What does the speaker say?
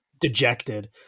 dejected